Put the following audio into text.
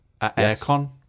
Aircon